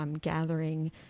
gathering